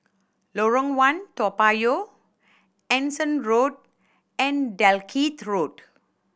Lorong One Toa Payoh Anson Road and Dalkeith Road